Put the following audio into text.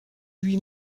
lui